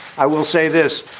i will say this.